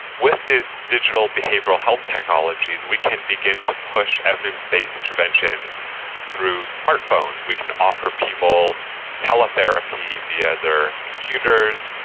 with these digital behavioural health technologies we can begin to push evidence-based interventions through smart phones. we can offer people tele-therapy via their computers.